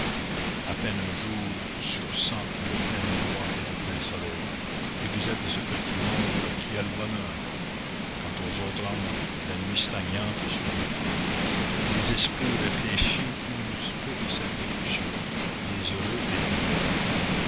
à peine un jour sur cent de pleine joie et de plein soleil et vous êtes de ce petit nombre qui a le bonheur quant aux autres hommes la nuit stagnante est sur eux les esprits réfléchis usent peu de cette locution les heureux et les malheureux